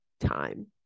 time